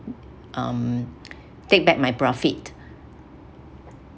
um take back my profit